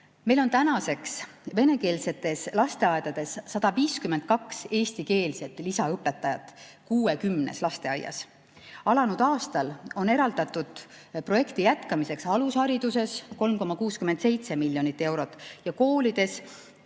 Meil on tänaseks venekeelsetes lasteaedades 152 eestikeelset lisaõpetajat 60 lasteaias. Alanud aastal on eraldatud projekti jätkamiseks alusharidusse 3,67 miljonit eurot ja koolidesse, kus